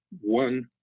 one